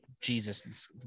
Jesus